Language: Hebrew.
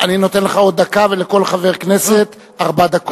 אני נותן לך עוד דקה ולכל חברי כנסת ארבע דקות.